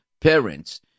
parents